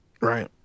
right